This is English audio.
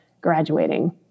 graduating